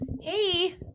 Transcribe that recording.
Hey